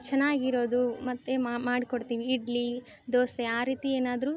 ಚೆನ್ನಾಗಿರೋದು ಮತ್ತೆ ಮಾಡ್ಕೊಡ್ತೀವಿ ಇಡ್ಲಿ ದೋಸೆ ಆ ರೀತಿ ಏನಾದರೂ